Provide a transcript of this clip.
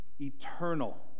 eternal